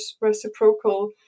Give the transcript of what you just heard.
reciprocal